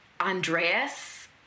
Andreas